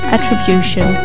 Attribution